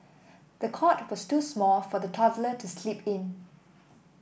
the cot was too small for the toddler to sleep in